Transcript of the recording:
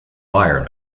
wire